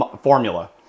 formula